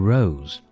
Rose